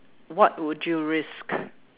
what would you risk